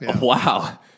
Wow